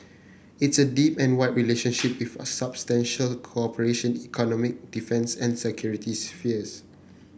it's a deep and wide relationship with substantial cooperation economy defence and security spheres